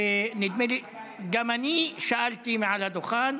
ונדמה לי שגם אני שאלתי מעל הדוכן,